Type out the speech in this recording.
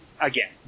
again